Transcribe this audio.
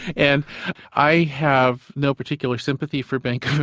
and i have no particular sympathy for bank